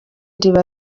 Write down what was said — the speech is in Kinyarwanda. riba